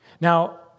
Now